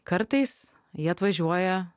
kartais jie atvažiuoja